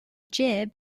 jib